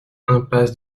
impasse